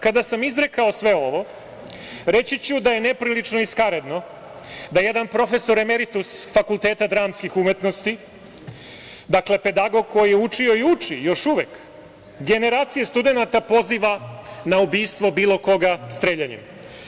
Kada sam izrekao sve ovo, reći ću da je neprilično i skaredno da jedan profesor emeritus Fakulteta dramskih umetnosti, dakle pedagog koji je učio i uči još uvek generacije studenata, poziva na ubistvo bilo koga streljanjem.